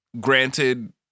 granted